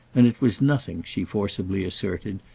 and it was nothing, she forcibly asserted,